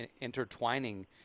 intertwining